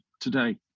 today